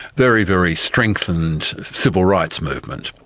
very, very strengthened civil rights movement,